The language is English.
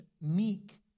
meek